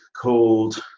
called